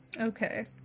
Okay